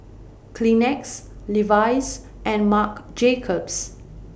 Kleenex Levi's and Marc Jacobs